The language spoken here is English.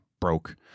broke